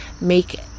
make